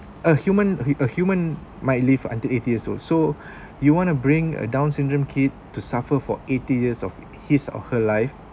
a human a human might live until eighty years old so you want to bring a down syndrome kid to suffer for eighty years of his or her life